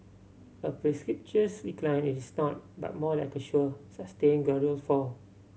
a precipitous decline it is not but more like a sure sustain gradual fall